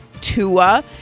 Tua